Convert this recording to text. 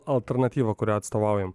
alternatyvą kurią atstovaujam